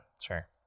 Sure